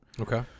Okay